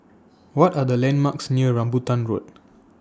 What Are The landmarks near Rambutan Road